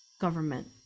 government